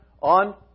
on